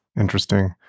interesting